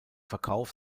verkauf